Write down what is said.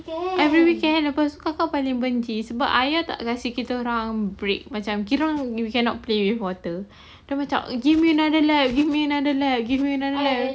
every weekend lepas kakak balik benci sebab ayah tak kasih kita orang break macam kira orang you cannot play with water tapi macam give me another lap give me another lap give me another lap